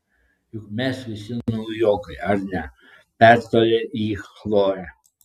juk mes visi naujokai ar ne pertarė jį chlojė